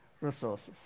resources